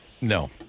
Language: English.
No